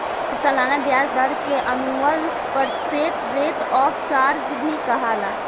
सलाना ब्याज दर के annual percent rate of charge भी कहाला